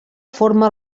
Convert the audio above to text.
forma